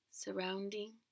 surrounding